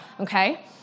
Okay